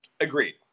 Agreed